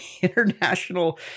International